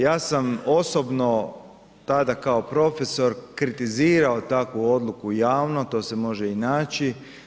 Ja sam osobno tada kao profesor kritizirao takvu odluku javno, to se može i naći.